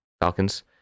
Falcons